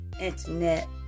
internet